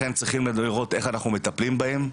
לכן, אנחנו צריכים לראות איך אנחנו מטפלים בהם.